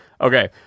Okay